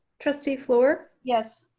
trustee flour. yes.